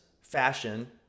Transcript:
fashion